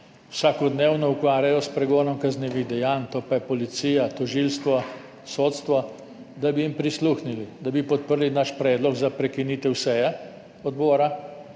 vsakodnevno ukvarjajo s pregonom kaznivih dejanj, to pa so policija, tožilstvo, sodstvo, jim prisluhnili, da bi podprli naš predlog za prekinitev seje odbora